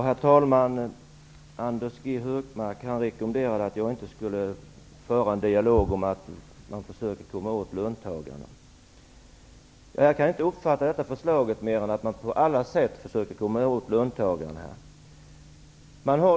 Herr talman! Anders G Högmark rekommenderar mig att inte föra en dialog om att det här handlar om att man försöker komma åt löntagarna. Men jag kan bara uppfatta framlagda förslag så, att man på alla sätt försöker komma åt löntagarna.